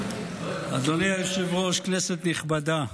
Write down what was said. אדוני היושב-ראש, כנסת נכבדה,